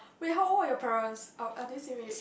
wait how old are your parents uh are they same age